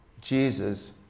Jesus